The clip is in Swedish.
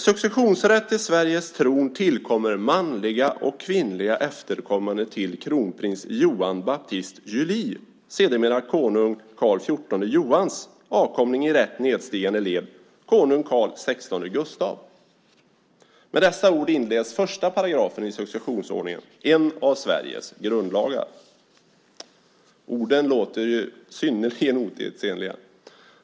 "Successionsrätt till Sveriges tron tillkommer manliga och kvinnliga efterkommande till kronprins Johan Baptist Julii, sedermera Konung Karl XIV Johans, avkomling i rätt nedstigande led, Konung Carl XVI Gustaf." Med dessa ord inleds 1 § i successionsordningen, en av Sveriges grundlagar. Orden låter synnerligen otidsenliga.